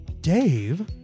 Dave